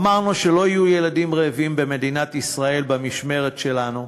אמרנו שלא יהיו ילדים רעבים במדינת ישראל במשמרת שלנו,